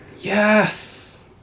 Yes